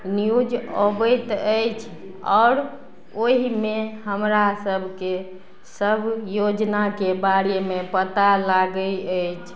news अबैत अछि आओर ओहिमे हमरा सभके सभ योजनाके बारेमे पता लागय अछि